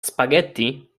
spaghetti